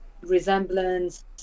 resemblance